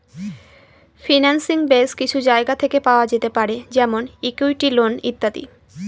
financing base কিছু জায়গা থেকে পাওয়া যেতে পারে যেমন ইকুইটি, লোন ইত্যাদি